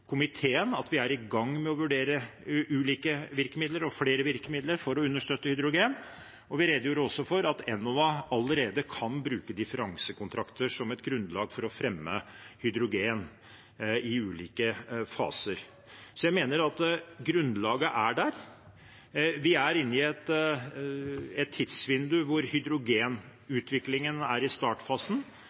komiteen at vi er i gang med å vurdere ulike virkemidler og flere virkemidler for å understøtte hydrogen. Vi redegjorde også for at Enova allerede kan bruke differansekontrakter som et grunnlag for å fremme hydrogen i ulike faser. Så jeg mener at grunnlaget er der. Vi er inne i et tidsvindu hvor hydrogenutviklingen er i startfasen,